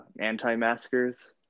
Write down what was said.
anti-maskers